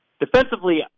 defensively